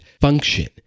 function